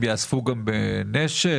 יאספו נשק?